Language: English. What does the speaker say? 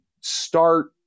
start